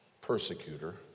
Persecutor